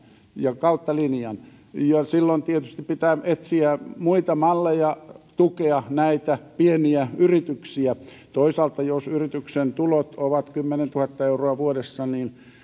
ja kautta linjan ja silloin tietysti pitää etsiä muita malleja tukea näitä pieniä yrityksiä toisaalta jos yrityksen tulot ovat kymmenentuhatta euroa vuodessa